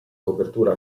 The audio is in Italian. copertura